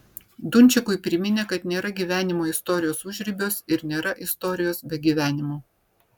dunčikui priminė kad nėra gyvenimo istorijos užribiuos ir nėra istorijos be gyvenimo